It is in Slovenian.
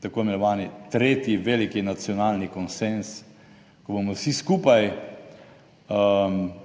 tako imenovani tretji veliki nacionalni konsenz, ko bomo vsi skupaj